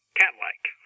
cat-like